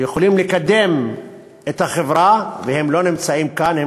אנשים שיכולים לקדם את החברה לא נמצאים כאן,